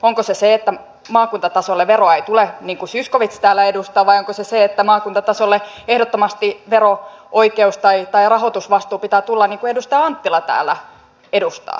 onko se se että maakuntatasolle veroa ei tule niin kuin zyskowicz täällä edustaa vai onko se se että maakuntatasolle ehdottomasti vero oikeus tai rahoitusvastuu pitää tulla niin kuin edustaja anttila täällä edustaa